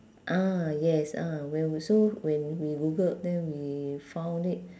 ah yes ah when we so when we googled then we found it